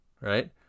Right